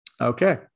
Okay